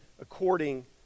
according